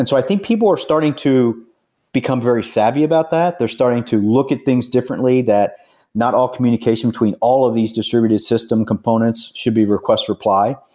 and so i think people are starting to become very savvy about that, they're starting to look at things differently that not all communication between all of these distributed system components should be request reply.